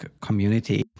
community